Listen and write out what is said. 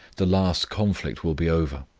the last conflict will be over,